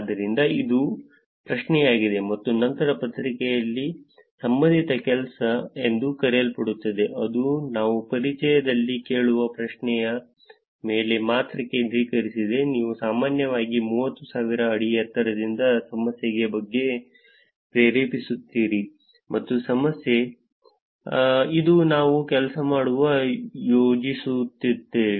ಆದ್ದರಿಂದ ಅದು ಪ್ರಶ್ನೆಯಾಗಿದೆ ಮತ್ತು ನಂತರ ಪತ್ರಿಕೆಯಲ್ಲಿ ಸಂಬಂಧಿತ ಕೆಲಸ ಎಂದು ಕರೆಯಲ್ಪಡುತ್ತದೆ ಅದು ನಾವು ಪರಿಚಯದಲ್ಲಿ ಕೇಳುವ ಪ್ರಶ್ನೆಯ ಮೇಲೆ ಮಾತ್ರ ಕೇಂದ್ರೀಕರಿಸಿದೆ ನೀವು ಸಾಮಾನ್ಯವಾಗಿ 30000 ಅಡಿ ಎತ್ತರದಿಂದ ಸಮಸ್ಯೆಯ ಬಗ್ಗೆ ಪ್ರೇರೇಪಿಸುತ್ತೀರಿ ಇದು ಸಮಸ್ಯೆ ಇದು ನಾವು ಕೆಲಸ ಮಾಡಲು ಯೋಜಿಸುತ್ತಿದ್ದೇವೆ